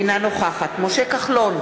אינה נוכחת משה כחלון,